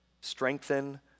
strengthen